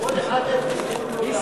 כל אחד איפה שהוא נולד.